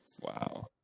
wow